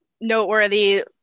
Noteworthy